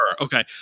Okay